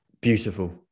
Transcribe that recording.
Beautiful